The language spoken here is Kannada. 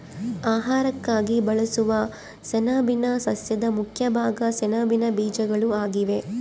ಆಹಾರಕ್ಕಾಗಿ ಬಳಸುವ ಸೆಣಬಿನ ಸಸ್ಯದ ಮುಖ್ಯ ಭಾಗ ಸೆಣಬಿನ ಬೀಜಗಳು ಆಗಿವೆ